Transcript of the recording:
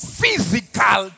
physical